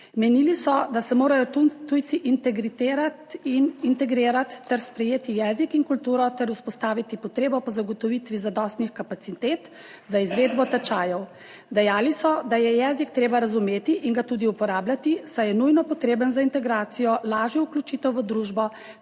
Menili so, da se morajo tujci integrirati ter sprejeti jezik in kulturo ter vzpostaviti potrebo po zagotovitvi zadostnih kapacitet za izvedbo tečajev. Dejali so, da je jezik treba razumeti in ga tudi uporabljati, saj je nujno potreben za integracijo, lažjo vključitev v družbo